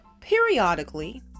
periodically